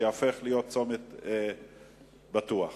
יהפוך לצומת בטוח.